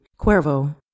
Cuervo